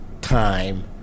time